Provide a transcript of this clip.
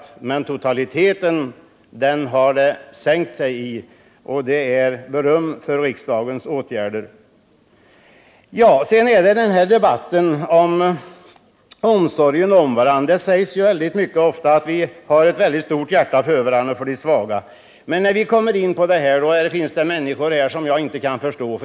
Men den totala konsumtionen har minskat, vilket ger beröm åt riksdagens åtgärder. Så har vi också debatten om att vi skall visa omsorg om varandra. Det sägs väldigt ofta att vi har hjärta för de svaga, men här finns personer vilkas inställning till alkoholproblematiken jag inte kan förstå.